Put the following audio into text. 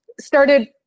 started